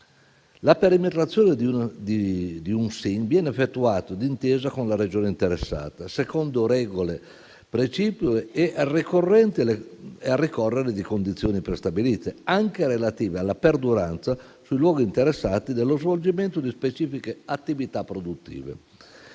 la perimetrazione di un SIN viene effettuata d'intesa con la Regione interessata, secondo regole precipue e al ricorrere di condizioni prestabilite, anche relative alla perduranza sui luoghi interessati dello svolgimento di specifiche attività produttive.